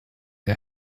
der